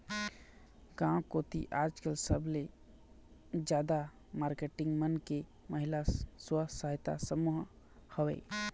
गांव कोती आजकल सबले जादा मारकेटिंग मन के महिला स्व सहायता समूह हवय